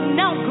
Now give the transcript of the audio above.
now